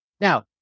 Now